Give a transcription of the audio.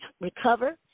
recover